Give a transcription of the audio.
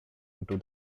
into